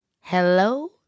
Hello